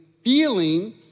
feeling